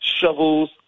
shovels